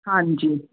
ਹਾਂਜੀ